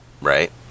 right